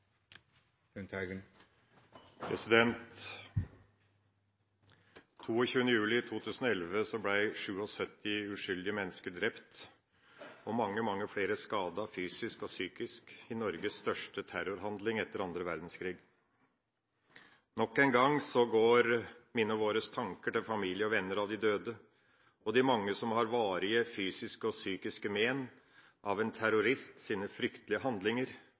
2011 ble 77 uskyldige mennesker drept, og mange, mange flere skadet fysisk og psykisk i Norges største terrorhandling etter annen verdenskrig. Nok en gang går mine og våre tanker til familie og venner av de døde, og de mange som har varige fysiske og psykiske men etter en terrorists fryktelige handlinger